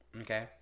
Okay